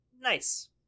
Nice